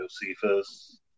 Josephus